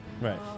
right